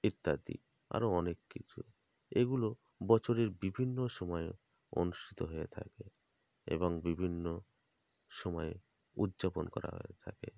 ইত্যাদি আরও অনেক কিছু এগুলো বছরের বিভিন্ন সময়ে অনুষ্ঠিত হয়ে থাকে এবং বিভিন্ন সময়ে উদ্যাপন করা হয়ে থাকে